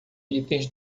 itens